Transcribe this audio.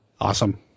Awesome